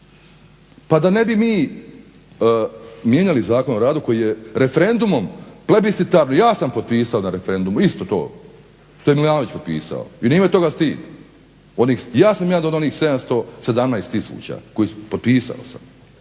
Pa da ne bi mi mijenjali Zakon o radu koji je referendumom …/Ne razumije se./…, ja sam potpisao na referendumu isto to što je Milanović potpisao i nije me toga stid. Ja sam jedan od onih 717000 koji su potpisali.